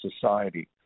society